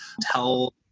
tell